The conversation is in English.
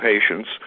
patients